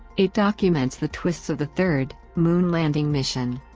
it documents the twists of the third moon landing mission.